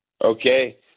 Okay